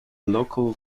local